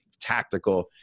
tactical